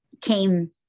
came